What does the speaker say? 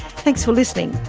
thanks for listening.